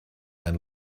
and